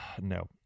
No